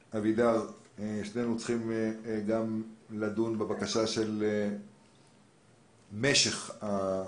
אבידר, שנינו צריכים גם לדון בבקשה של משך התקופה.